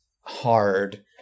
hard